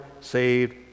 saved